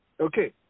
Okay